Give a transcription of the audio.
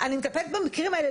אני מטפלת במקרים האלה,